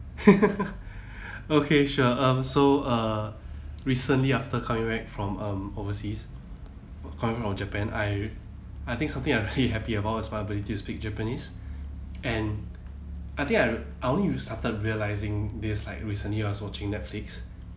okay sure um so uh recently after coming back from um overseas coming from japan I I think something I actually happy about is my ability to speak japanese and I think I I only started realising this like recently while I was watching netflix